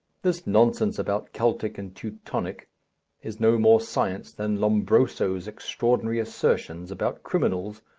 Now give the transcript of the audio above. this nonsense about keltic and teutonic is no more science than lombroso's extraordinary assertions about criminals,